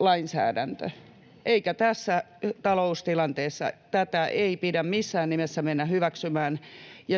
nolla, eikä tässä taloustilanteessa tätä pidä missään nimessä mennä hyväksymään.